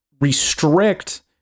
restrict